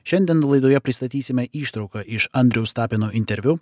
šiandien laidoje pristatysime ištrauką iš andriaus tapino interviu